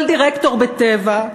כל דירקטור ב"טבע"